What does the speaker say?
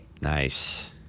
Nice